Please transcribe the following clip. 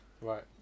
Right